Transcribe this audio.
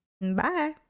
Bye